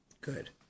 Good